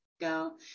go